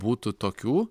būtų tokių